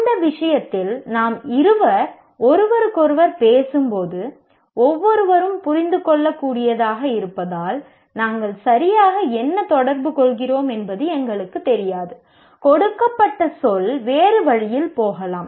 அந்த விஷயத்தில் நாம் இருவர் ஒருவருக்கொருவர் பேசும்போது ஒவ்வொருவரும் புரிந்துகொள்ளக்கூடியதாக இருப்பதால் நாங்கள் சரியாக என்ன தொடர்புகொள்கிறோம் என்பது எங்களுக்குத் தெரியாது கொடுக்கப்பட்ட சொல் வேறு வழியில் போகலாம்